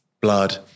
blood